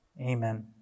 Amen